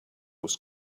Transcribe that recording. was